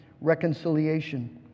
reconciliation